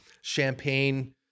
champagne